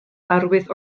arwydd